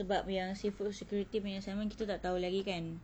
sebab yang seafood security punya assignment kita tak tahu lagi kan